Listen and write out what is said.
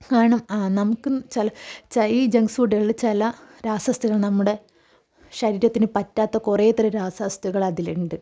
കാരണം ആ നമുക്കെന്നു വെച്ചാൽ ഈ ജംഗ്സ് ഫുഡ്ഡുകൾ ചില രാസവസ്തുക്കൾ നമ്മുടെ ശരീരത്തിനു പറ്റാത്ത കുറേ തരം രാസവസ്തുക്കൾ അതിലുണ്ട്